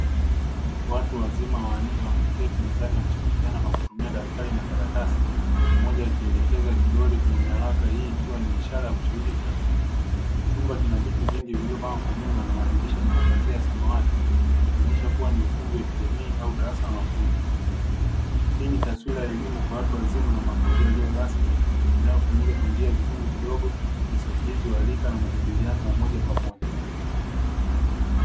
Watu wazima wanne wameketi mezani wakishirikiana kwa kutumia daftari na karatasi, mmoja akielekeza kidole kwenye nyaraka ikiwa ni ishara ya kushiriki kikamilifu; chumba kina viti vingi vilivyopangwa nyuma na mapazia ya samawati yanayoonyesha kuwa ni ukumbi wa kijamii au darasa la makundi, taswira hii ikiwakilisha elimu kwa watu wazima na mafunzo rasmi yanayofanyika kwa njia ya vikundi kidogo, yakisaidiwa na mwalika pamoja na majadiliano ya moja kwa moja.